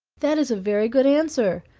that is a very good answer,